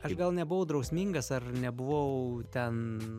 aš gal nebuvau drausmingas ar nebuvau ten